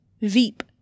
Veep